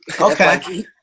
Okay